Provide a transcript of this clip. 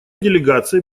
делегация